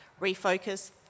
Refocus